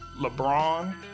LeBron